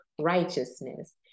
righteousness